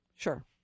Sure